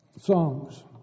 songs